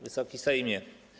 Wysoki Sejmie!